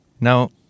Now